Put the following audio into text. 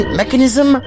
mechanism